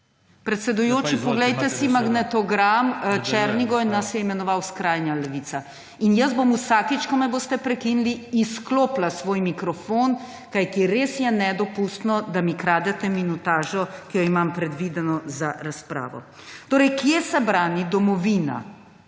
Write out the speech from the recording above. Predsedujoči, poglejte si magnetogram. Černigoj nas je imenoval skrajna levica. In jaz bom vsakič, ko me boste prekinili, izklopila svoj mikrofon, kajti res je nedopustno, da mi kradete minutažo, ki jo imam predvideno za razpravo. Torej kje se brani domovina?